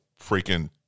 freaking